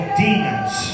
demons